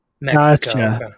Mexico